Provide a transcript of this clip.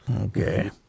Okay